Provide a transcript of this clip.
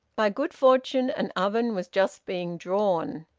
by good fortune an oven was just being drawn,